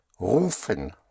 rufen